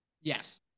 Yes